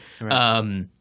right